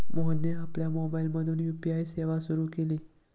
मोहनने आपल्या मोबाइलमधून यू.पी.आय सेवा सुरू केली